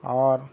اور